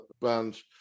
bands